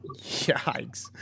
Yikes